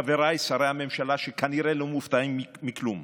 חבריי שרי הממשלה שכנראה לא מופתעים מכלום: